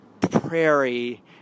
Prairie